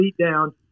beatdown